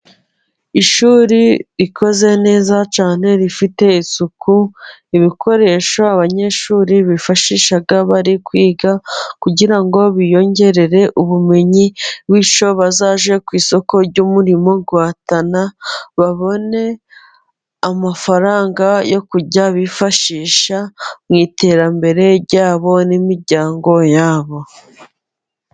Ishuri rikoze neza cyane rifite isuku. Ibikoresho abanyeshuri bifashisha bari kwiga kugira ngo biyongerere ubumenyi, bityo bazajye ku isoko ry'umurimo guhatana babone amafaranga yo kujya bifashisha, mu iterambere ryabo n'imiryango yabo.